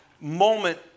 moment